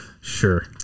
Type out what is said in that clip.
Sure